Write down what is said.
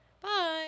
Bye